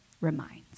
reminds